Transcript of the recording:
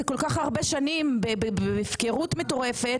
זה כל כך הרבה שנים בהפקרות מטורפת.